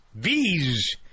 Bees